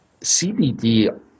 CBD